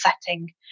setting